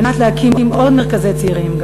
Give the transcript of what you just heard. כדי להקים עוד מרכזי צעירים,